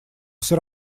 всё